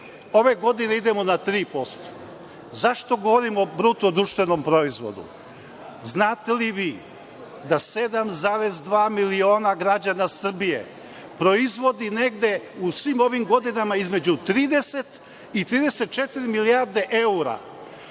ove godine idemo na 3%. Zašto govorimo o BDP-u? Znate li vi da 7,2 miliona građana Srbije proizvodi negde u svim ovim godinama između 30 i 34 milijarde evra.